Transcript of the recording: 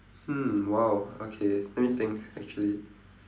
hmm !wow! okay let me think actually